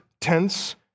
tense